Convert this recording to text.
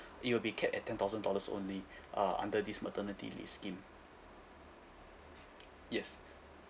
it will be capped at ten thousand dollars only uh under this maternity leave scheme yes